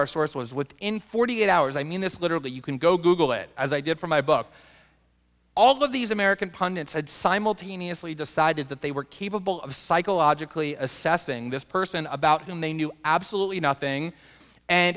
our source was with in forty eight hours i mean this literally you can go google it as i did for my book all of these american pundits had simultaneously decided that they were capable of psychologically assessing this person about whom they knew absolutely nothing and